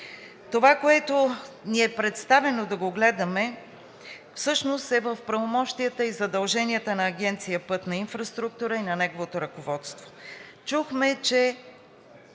Това, което ни е представено да гледаме, всъщност е в правомощията и задълженията на Агенция „Пътна инфраструктура“ и на нейното ръководство.